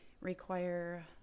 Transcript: require